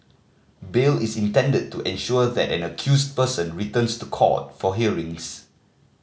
bail is intended to ensure that an accused person returns to court for hearings